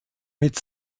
mit